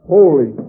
Holy